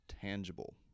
tangible